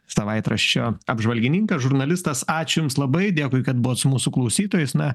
savaitraščio apžvalgininkas žurnalistas ačiū jums labai dėkui kad buvot su mūsų klausytojais na